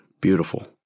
beautiful